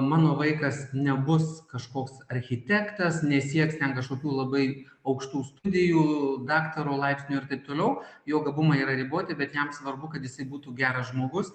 mano vaikas nebus kažkoks architektas nesieks ten kažkokių labai aukštų studijų daktaro laipsnio ir taip toliau jo gabumai yra riboti bet jam svarbu kad jisai būtų geras žmogus